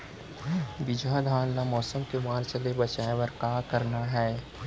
बिजहा धान ला मौसम के मार्च ले बचाए बर का करना है?